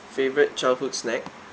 favourite childhood snack uh